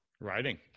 Writing